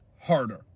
harder